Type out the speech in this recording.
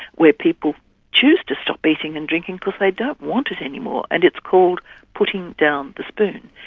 where people choose to stop eating and drinking because they don't want it anymore, and it's called putting down the spoon.